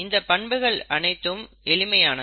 இந்தப் பண்புகள் அனைத்தும் எளிமையானது